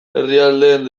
herrialdeen